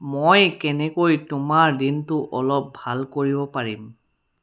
মই কেনেকৈ তোমাৰ দিনটো অলপ ভাল কৰিব পাৰিম